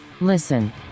Listen